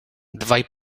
dwaj